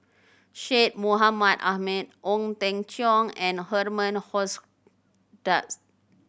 Syed Mohamed Ahmed Ong Teng Cheong and Herman Hochstadt